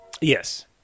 Yes